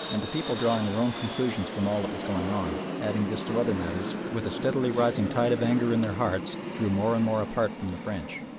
and the people drawing their own conclusions from all that was going on, adding this to other matters, with a steadily rising tide of anger in their hearts, drew more and more apart from the french,